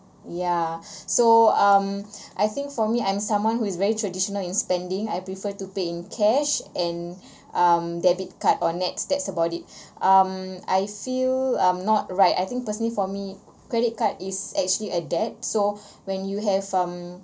yeah so um I think for me I'm someone who is very traditional in spending I prefer to pay in cash and um debit card or NETS that's about it um I feel I'm not right I think personally for me credit card is actually a debt so when you have um